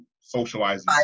socializing